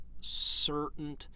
certain